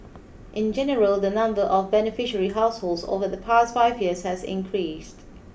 in general the number of beneficiary households over the past five years has increased